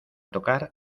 tocar